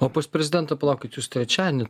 o pas prezidentą palaukit jūs trečiadienį